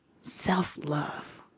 Self-love